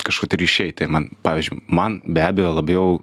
kažkur tai ir išeit man pavyzdžiui man be abejo labiau